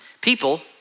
People